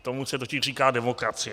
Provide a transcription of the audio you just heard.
Tomu se totiž říká demokracie.